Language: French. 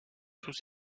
sous